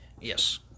Yes